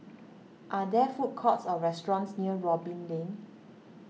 are there food courts or restaurants near Robin Lane